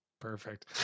Perfect